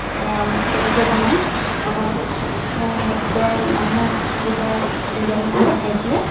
কেনেকৈ বনায় আমাক সত্ৰৰ মানুহ দুজনমানে দেখাইছিলে